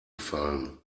gefallen